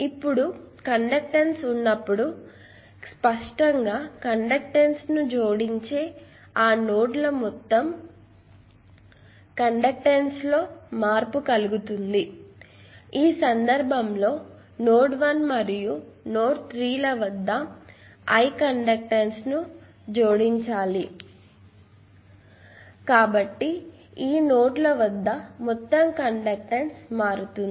ఇప్పుడు కండక్టెన్స్ ఉన్నప్పుడు స్పష్టంగా కండక్టెన్స్ ను జోడించే ఆ నోడ్ల వద్ద మొత్తం కండక్టెన్స్ లో మార్పు కలుగుతుంది ఈ సందర్భంలో నోడ్స్ 1 మరియు 3 వద్ద I కండక్టెన్స్ను జోడించాము కాబట్టి ఈ నోడ్ల వద్ద మొత్తం కండక్టెన్స్ మారుతుంది